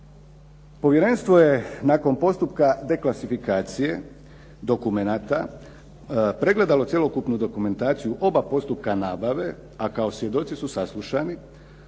Povjerenstvo je nakon postupka deklasifikacije dokumenata pregledalo cjelokupnu dokumentaciju, oba postupka nabave a kao svjedoci su saslušani